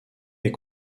est